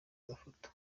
agafoto